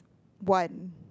one